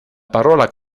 parola